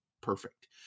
perfect